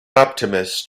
optimist